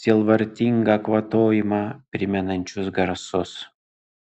sielvartingą kvatojimą primenančius garsus